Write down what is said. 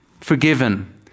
forgiven